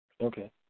Okay